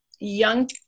young